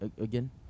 Again